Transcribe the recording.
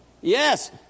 yes